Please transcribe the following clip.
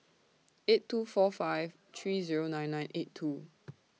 eight two four five three Zero nine nine eight two